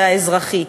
והאזרחי.